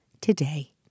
today